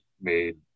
made